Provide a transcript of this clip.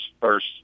first